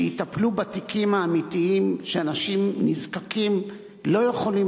שיטפלו בתיקים האמיתיים כשאנשים נזקקים לא יכולים